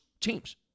teams